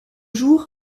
jours